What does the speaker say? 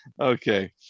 Okay